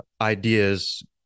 ideas